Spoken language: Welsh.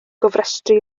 gofrestru